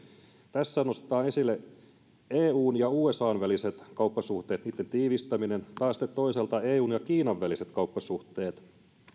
tässä nostetaan esille eun ja usan väliset kauppasuhteet ja niitten tiivistäminen ja sitten toisaalta eun ja kiinan väliset kauppasuhteet